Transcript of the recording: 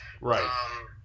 Right